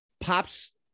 pops